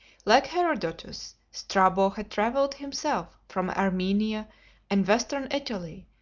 like herodotus, strabo had travelled himself from armenia and western italy,